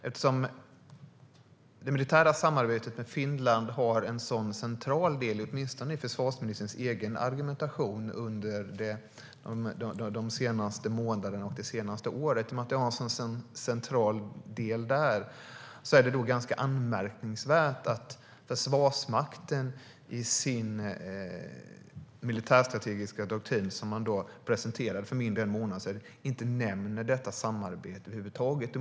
Eftersom det militära samarbetet med Finland har spelat en så central roll i försvarsministerns egen argumentation de senaste månaderna och det senaste året är det ganska anmärkningsvärt att Försvarsmakten i den militärstrategiska doktrin som man presenterade för mindre än en månad sedan inte nämner detta samarbete över huvud taget.